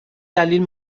دلیل